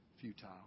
futile